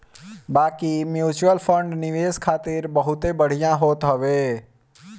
बाकी mutual fund निवेश खातिर बहुते बढ़िया होत हवे